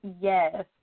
yes